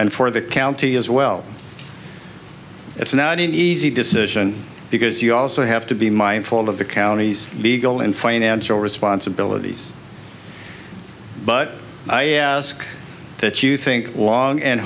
and for the county as well it's not an easy decision because you also have to be mindful of the county's legal and financial responsibilities but i ask that you think wong and